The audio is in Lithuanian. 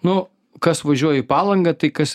nu kas važiuoja į palangą tai kas